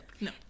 No